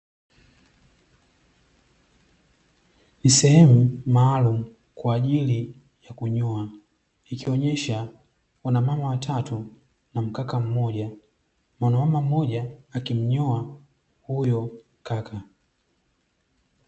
Ni sehemu maalumu kwa ajili ya kunyoa ikionesha kuna wamama watatu na mkaka mmoja mwanamama mmoja akimnyoa huyo mkaka.